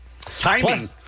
Timing